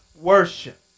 worship